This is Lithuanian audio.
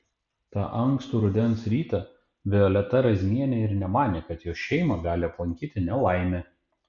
tą ankstų rudens rytą violeta razmienė ir nemanė kad jos šeimą gali aplankyti nelaimė